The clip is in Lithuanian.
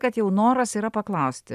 kad jau noras yra paklausti